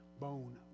bone